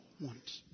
want